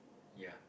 ya